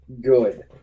good